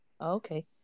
Okay